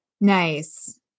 nice